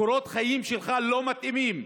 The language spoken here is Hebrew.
קורות החיים שלך לא מתאימים.